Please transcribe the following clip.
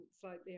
slightly